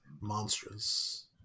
Monstrous